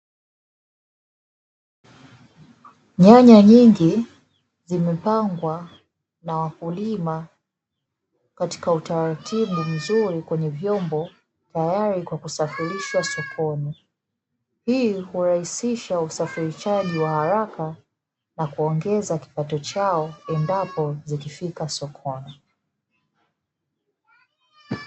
Nyanya nyingi zimepangwa na wakulima katika utaratibu mzuri kwenye vyombo, tayari kwa kusafirishwa sokoni. Hii hurahisisha usafirishaji wa haraka, na kuongeza kipato chao endapo zikifika sokoni.